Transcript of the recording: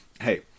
Hey